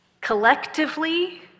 Collectively